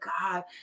God